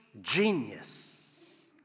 genius